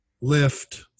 lift